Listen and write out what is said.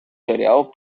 серіал